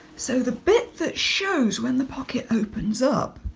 so the bit that shows when the pocket opens up,